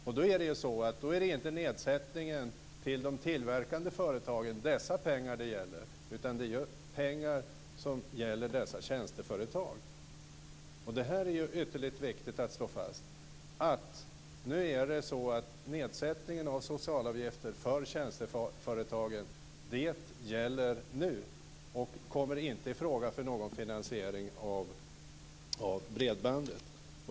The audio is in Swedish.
Och då är det inte nedsättningen till de tillverkande företagen och de pengarna som det gäller, utan det är pengar som gäller tjänsteföretagen. Detta är ytterligt viktigt att slå fast - nedsättningen av socialavgifter för tjänsteföretagen gäller nu, och kommer inte i fråga för någon finansiering av bredbandet.